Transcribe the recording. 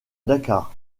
dakar